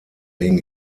wegen